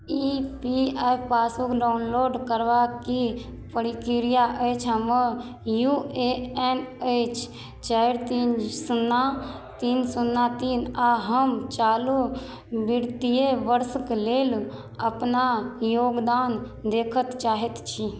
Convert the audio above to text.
ई P F passbook download करबाक की प्रक्रिया अछि हमर यू ए एन अछि चारि तीन शून्ना तीन शून्ना तीन आओर हम चालू वित्तिय वर्षक लेल अपना योगदान देखैत चाहैत छी